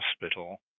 hospital